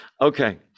Okay